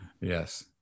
Yes